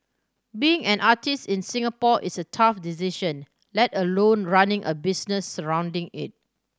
being an artist in Singapore is a tough decision let alone running a business surrounding it